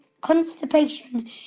constipation